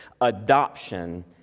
adoption